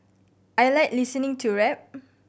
I like listening to rap